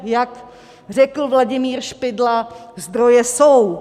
Jak řekl Vladimír Špidla, zdroje jsou.